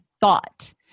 thought